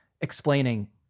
explaining